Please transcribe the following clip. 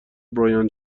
برایان